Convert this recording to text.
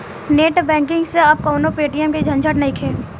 net banking से अब कवनो पेटीएम के झंझट नइखे